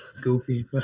goofy